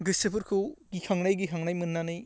गोसोफोरखौ गिखांनाय गिखांनाय मोन्नानै